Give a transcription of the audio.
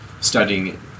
studying